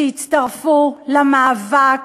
שהצטרפו למאבק